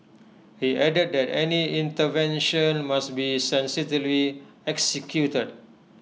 he added that any intervention must be sensitively executed